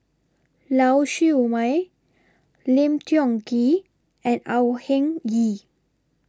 Lau Siew Mei Lim Tiong Ghee and Au Hing Yee